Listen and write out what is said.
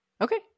Okay